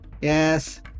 Yes